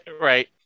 right